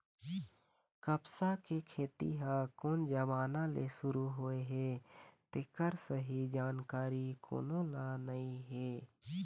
कपसा के खेती ह कोन जमाना ले सुरू होए हे तेखर सही जानकारी कोनो ल नइ हे